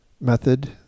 method